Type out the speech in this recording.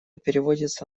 переводится